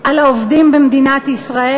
על העובדים במדינת ישראל,